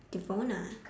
devona